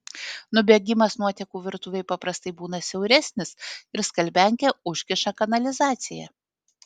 nubėgimas nuotekų virtuvėj paprastai būna siauresnis ir skalbiankė užkiša kanalizaciją